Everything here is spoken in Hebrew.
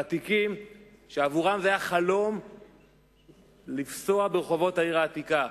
ותיקים שעבורם היה זה חלום לפסוע ברחובות העיר העתיקה.